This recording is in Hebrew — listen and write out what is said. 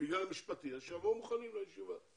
בגלל המשפטי, אז שיבואו מוכנים לישיבה.